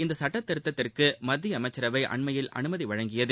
இந்த சுட்டத்திருத்தத்திற்கு மத்திய அமைச்சரவை அண்மையில் அனுமதி அளித்தது